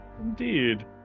Indeed